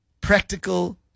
practical